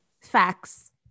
Facts